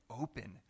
open